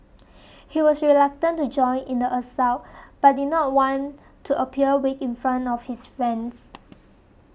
he was reluctant to join in the assault but did not want appear weak in front of his friends